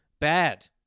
bad